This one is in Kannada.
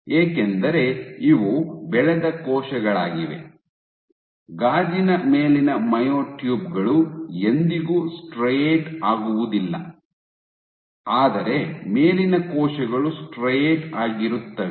ಏಕೆಂದರೆ ಇವು ಬೆಳೆದ ಕೋಶಗಳಾಗಿವೆ ಗಾಜಿನ ಮೇಲಿನ ಮಯೋಟ್ಯೂಬ್ ಗಳು ಎಂದಿಗೂ ಸ್ಟ್ರೈಯೆಟ್ ಆಗುವುದಿಲ್ಲ ಆದರೆ ಮೇಲಿನ ಕೋಶಗಳು ಸ್ಟ್ರೈಯೆಟ್ ಆಗಿರುತ್ತವೆ